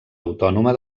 autònoma